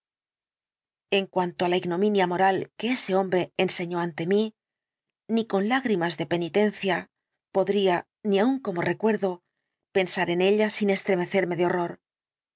en cuanto á la ignominia moral que ese hombre enseñó ante mí ni con lágrimas de penitencia podría ni aun como recuerdo pensar en ella sin estremecerme de horror